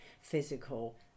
physical